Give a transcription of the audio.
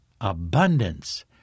abundance